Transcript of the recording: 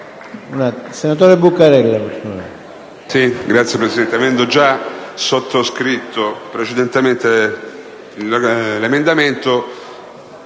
senatore Buccarella,